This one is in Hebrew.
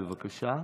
בבקשה,